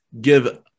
Give –